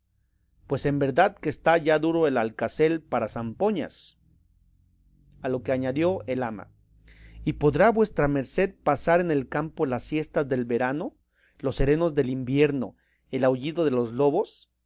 pues en verdad que está ya duro el alcacel para zampoñas a lo que añadió el ama y podrá vuestra merced pasar en el campo las siestas del verano los serenos del invierno el aullido de los lobos